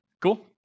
Cool